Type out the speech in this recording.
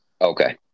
okay